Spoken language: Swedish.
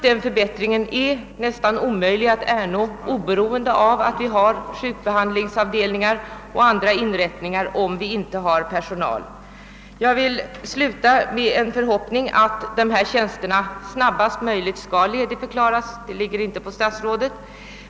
Den förbättringen är nästan omöjlig att ernå — oberoende av att vi har sjukbehandlingsavdelningar och andra inrättningar — om det inte finns personal. Jag vill sluta med att uttala förhoppningen att dessa tjänster snarast möjligt skall ledigförklaras; det åligger dock inte statsrådet.